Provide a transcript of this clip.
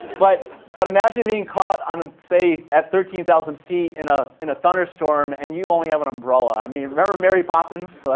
but but imagine being caught um say at thirteen thousand feet in ah in a thunderstorm and you only have an umbrella. i mean remember mary poppins?